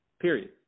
period